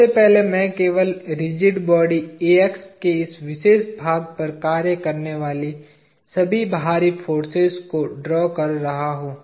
सबसे पहले मैं केवल रिजिड बॉडी AX के इस विशेष भाग पर कार्य करने वाली सभी बाहरी फोर्सेज को ड्रा कर रहा हूँ